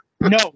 No